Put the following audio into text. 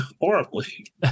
Horribly